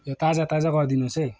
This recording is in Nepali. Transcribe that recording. ताजा ताजा गरिदिनुहोस् है